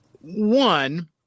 one